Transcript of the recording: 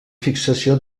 fixació